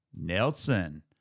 Nelson